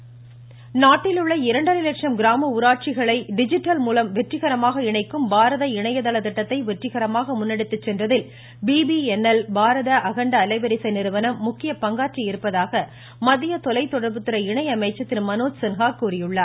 டீட நாட்டில் உள்ள இரண்டரை லட்சம் கிராம ஊராட்சிகளை டிஜிட்டல் மூலம் வெற்றிகரமாக இணைக்கும் பாரத இணையதள திட்டத்தை வெற்றிகரமாக முன்னெடுத்து சென்றதில் மடிடீடு பாரத் அகண்ட அலைவரிசை நிறுவனம் முக்கிய பங்காற்றியிருப்பதாக மத்திய தொலை தொடர்புத்துறை இணை அமைச்சர் திரு மனோஜ் சின்ஹா கூறியுள்ளார்